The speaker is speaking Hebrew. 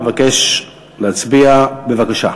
אבקש להצביע בבקשה.